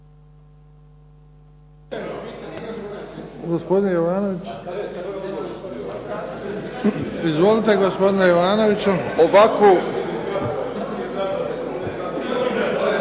Gospodin Jovanović. Izvolite gospodine Jovanoviću. Molim